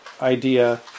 idea